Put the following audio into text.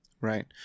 Right